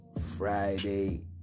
Friday